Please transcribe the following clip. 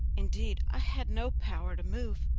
indeed, i had no power to move,